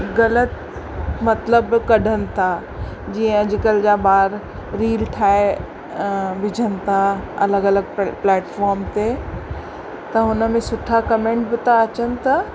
ग़लति मतलबु कढनि था जीअं अॼुकल्ह जा ॿार रील ठाहे विझनि था अलॻि अलॻि प्ले प्लेटफॉम ते त हुन में सुठा कमेंट बि था अचनि था